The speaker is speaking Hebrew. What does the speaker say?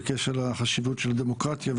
בקשר לחשיבות הדמוקרטיה,